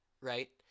Right